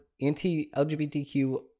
anti-lgbtq